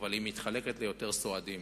אבל היא מתחלקת בין יותר סועדים.